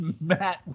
Matt